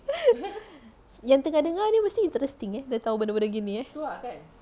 yang tengah dengar ni mesti interesting eh dia tahu benda-benda gini eh